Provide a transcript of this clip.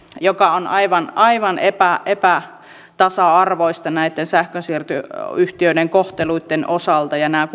mikä on aivan aivan epätasa epätasa arvoista näitten sähkönsiirtoyhtiöiden kohteluitten osalta nämä